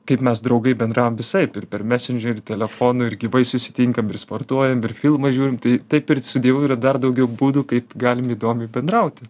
kaip mes draugai bendraujam visaip ir per mesendžerį telefonu ir gyvai susitinkam ir sportuojam ir filmus žiūrim tai taip ir su dievu yra dar daugiau būdų kaip galim įdomiai bendrauti